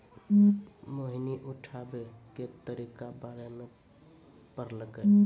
मोहिनी उठाबै के तरीका बारे मे पढ़लकै